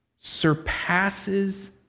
surpasses